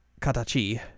Katachi